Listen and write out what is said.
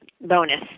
bonus